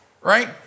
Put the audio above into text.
right